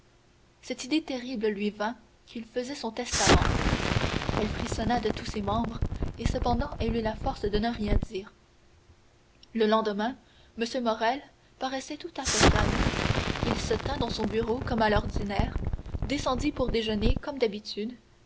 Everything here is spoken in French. cette idée terrible lui vint qu'il faisait son testament elle frissonna de tous ses membres et cependant elle eut la force de ne rien dire le lendemain m morrel paraissait tout à fait calme il se tint dans son bureau comme à l'ordinaire descendit pour déjeuner comme d'habitude